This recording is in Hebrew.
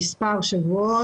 יום-יומית.